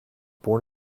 born